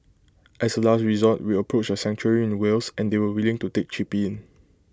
as A last resort we approached A sanctuary in Wales and they were willing to take chippy in